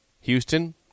Houston